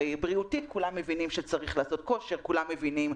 הרי בריאותית כולם מבינים שצריך לעשות כושר